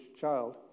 child